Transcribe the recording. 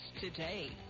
today